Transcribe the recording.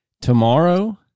Tomorrow